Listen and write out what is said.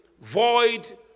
Void